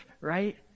right